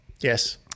Yes